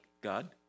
God